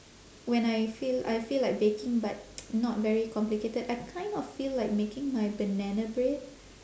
when I feel I feel like baking but not very complicated I kind of feel like making my banana bread